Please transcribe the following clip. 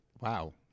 Wow